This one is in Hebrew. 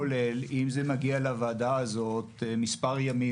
כולל אם זה מגיע לוועדה הזאת מספר ימים